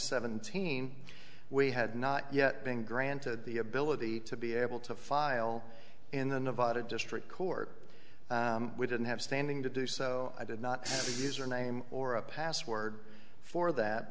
seventeen we had not yet been granted the ability to be able to file in the nevada district court we didn't have standing to do so i did not username or a password for that